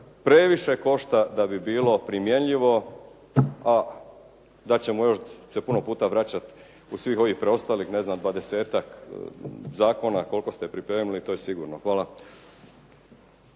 previše košta da bi bilo primjenjivo, a da ćemo još se puno puta vraćati u svih ovih preostalih, ne znam dvadesetak zakona koliko ste pripremili, to je sigurno. Hvala.